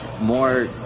more